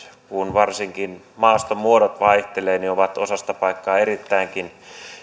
varsinkin kun maastonmuodot vaihtelevat ovat osasta paikkaa erittäinkin